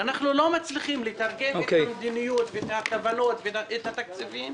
שאנחנו לא מצליחים לתרגם את המדיניות ואת הכוונות ואת התקציבים